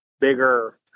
bigger